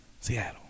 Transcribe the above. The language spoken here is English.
seattle